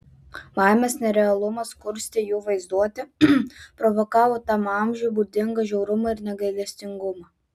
baimės nerealumas kurstė jų vaizduotę provokavo tam amžiui būdingą žiaurumą ir negailestingumą